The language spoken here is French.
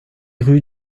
rue